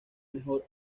mejor